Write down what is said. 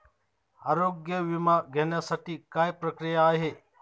आरोग्य विमा घेण्यासाठी काय प्रक्रिया आहे?